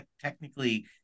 technically